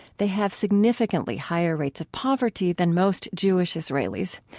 they have significantly higher rates of poverty than most jewish israelis.